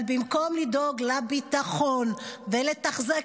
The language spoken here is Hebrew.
אבל במקום לדאוג לביטחון ולתחזק,